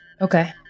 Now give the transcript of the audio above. Okay